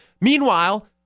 Meanwhile